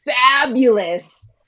fabulous